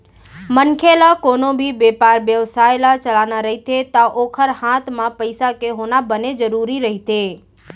मनखे ल कोनो भी बेपार बेवसाय ल चलाना रहिथे ता ओखर हात म पइसा के होना बने जरुरी रहिथे